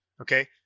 Okay